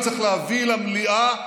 צריך להביא את המליאה,